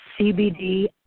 CBD